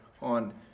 on